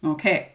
Okay